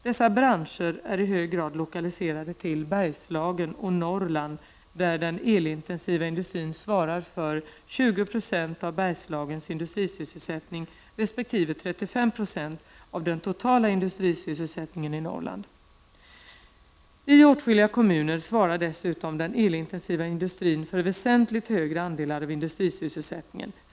Dessa branscher är i hög grad lokaliserade till Bergslagen och Norrland, där den elintensiva industrin svarar för 20 0 av Bergslagens industrisysselsättning resp. 35 Zo av den totala industrisysselsättningen i Norrland. I åtskilliga kommuner svarar dessutom den elintensiva industrin för väsentligt högre andelar av industrisysselsättningen.